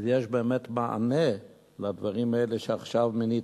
יש באמת מענה לדברים האלה שעכשיו מנית,